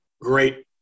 great